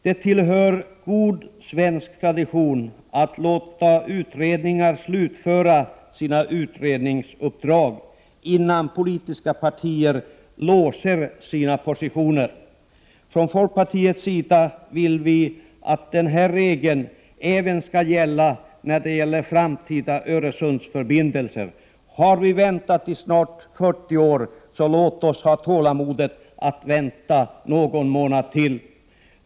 Det tillhör god svensk tradition att låta utredningar slutföra sina utredningsuppdrag innan politiska partier låser sina positioner. Från folkpartiets sida vill vi att den regeln skall följas även när det gäller framtida Öresundsförbindelser. Har vi väntat i snart 40 år, så låt oss ha tålamodet att vänta någon månad till!